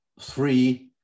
three